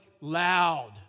loud